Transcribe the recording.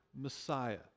Messiah